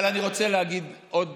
אבל אני רוצה להגיד עוד